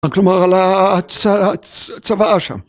כלומר על הצוואה שם.